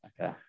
Okay